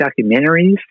documentaries